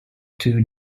two